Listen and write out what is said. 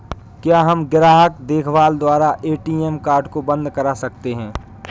क्या हम ग्राहक देखभाल द्वारा ए.टी.एम कार्ड को बंद करा सकते हैं?